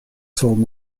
told